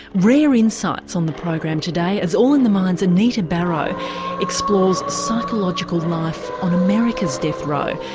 rare insights on the program today as all in the mind's anita barraud explores psychological life on america's death row,